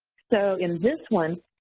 so in this one,